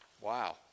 Wow